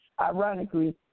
ironically